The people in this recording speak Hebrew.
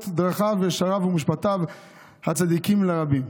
דרכיו הישרים ומשפטיו הצדיקים לרבים,